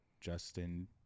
Justin